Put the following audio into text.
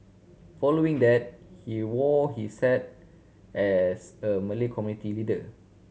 following that he wore his hat as a Malay community leader